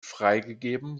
freigegeben